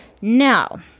Now